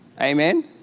Amen